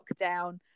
lockdown